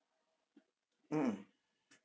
mm